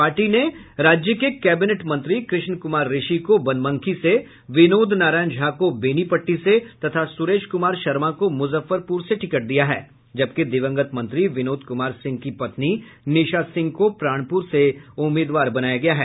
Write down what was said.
party ने राज्य के कैबिनेट मंत्री कृष्ण कुमार ऋषि को बनमनखी से विनोद नारायण झा को बेनीपट्टी से तथा सुरेश कुमार शर्मा को मुजफ्फरपुर से टिकट दिया है जबकि दिवंगत मंत्री विनोद कुमार सिंह की पत्नी निशा सिंह को प्राणपुर से उम्मीदवार बनाया गया है